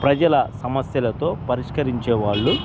ప్రజల సమస్యలతో పరిష్కరించేవాళ్ళు